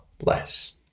less